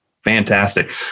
Fantastic